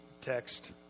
text